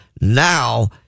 now